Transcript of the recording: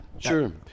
sure